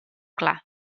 clar